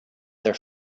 their